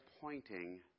pointing